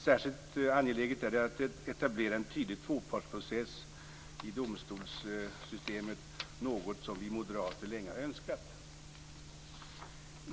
Särskilt angeläget är det att etablera en tydlig tvåpartsprocess i domstolssystemet, något som vi moderater länge har önskat.